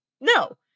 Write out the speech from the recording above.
No